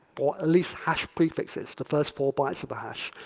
or at least hash prefixes. the first four bytes of the hash.